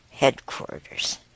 headquarters